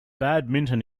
badminton